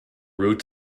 root